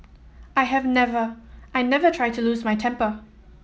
I have never I never try to lose my temper